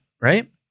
right